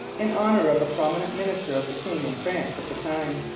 in honour of a prominent minister of the king in france at the time.